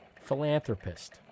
Philanthropist